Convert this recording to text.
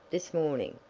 this morning,